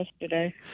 yesterday